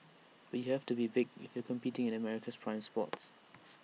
but you have to be big if you're competing in America's prime spots